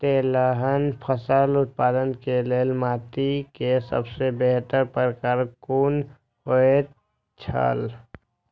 तेलहन फसल उत्पादन के लेल माटी के सबसे बेहतर प्रकार कुन होएत छल?